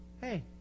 Hey